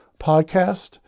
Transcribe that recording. podcast